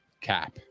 cap